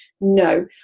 no